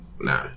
Nah